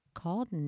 called